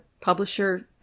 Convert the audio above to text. publisher